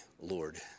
Lord